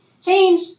Change